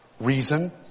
reason